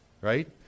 right